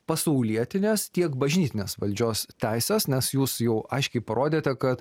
pasaulietines tiek bažnytinės valdžios teises nes jūs jau aiškiai parodėte kad